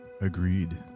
agreed